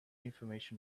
information